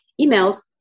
emails